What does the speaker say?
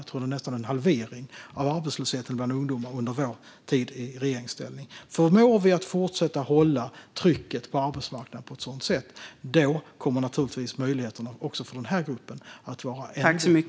Jag tror att det har skett en halvering, nästan, av arbetslösheten bland ungdomar under vår tid i regeringsställning. Om vi förmår att fortsätta hålla trycket på arbetsmarknaden på ett sådant sätt kommer naturligtvis möjligheterna också för den här gruppen att vara ännu bättre.